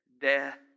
death